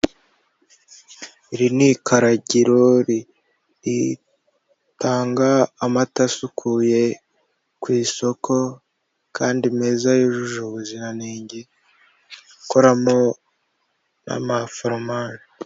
Iri ni ikaragiro ritanga amata asukuye ku isoko kandi meza yujuje ubuziranenge bakoramo n'amaforomaje.